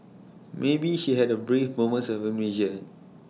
maybe she had A brief moment of amnesia